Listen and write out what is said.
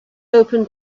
open